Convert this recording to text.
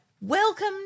Welcome